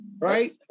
Right